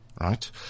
right